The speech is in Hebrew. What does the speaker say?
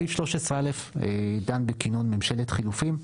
סעיף 13א דן בכינון ממשלת חילופים.